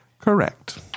Correct